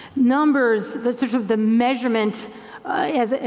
numbers, the sort of the measurement as